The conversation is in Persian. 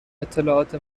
اطلاعات